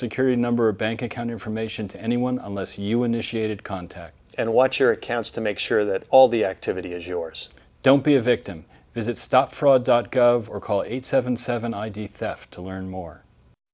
security number bank account information to anyone unless you initiated contact and watch your accounts to make sure that all the activity is yours don't be a victim visit stop fraud dot gov or call eight seven seven id theft to learn more